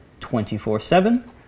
24-7